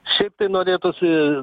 šiaip tai norėtųsi